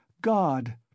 God